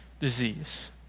disease